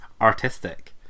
artistic